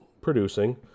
producing